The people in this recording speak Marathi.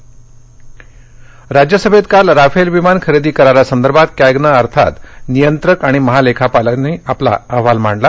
राज्यसभा राज्यसभेत काल राफेल विमान खरेदी करारासंदर्भात कॅगनं अर्थात नियंत्रक आणि महालेखापालांनी आपला अहवाल मांडला